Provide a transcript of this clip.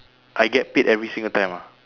I get paid every single time ah